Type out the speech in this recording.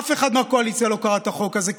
אף אחד מהקואליציה לא קרא את החוק הזה,